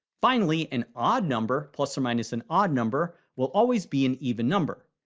finally, an odd number plus or minus an odd number will always be an even number.